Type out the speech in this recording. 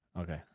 Okay